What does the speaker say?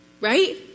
Right